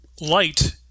Light